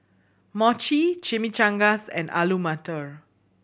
Mochi Chimichangas and Alu Matar